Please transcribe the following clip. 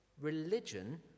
religion